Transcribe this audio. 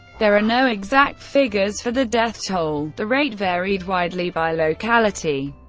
there are no exact figures for the death toll the rate varied widely by locality.